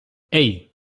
hey